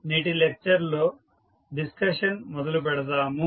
నేటి లెక్చర్ లో డిస్కషన్ మొదలు పెడదాము